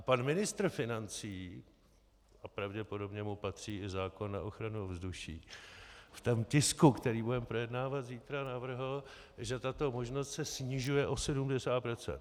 Pan ministr financí, a pravděpodobně mu patří i zákon na ochranu ovzduší, v tom tisku, který budeme projednávat zítra, navrhl, že tato možnost se snižuje o 70 %.